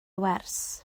wers